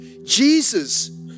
Jesus